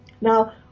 Now